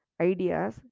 ideas